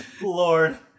Lord